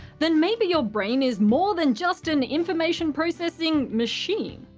then maybe your brain is more than just an information processing machine.